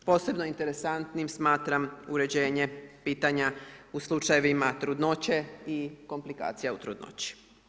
Posebno interesantnim smatram uređenje pitanja u slučajevima trudnoće i komplikacija u trudnoći.